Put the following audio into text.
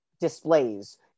displays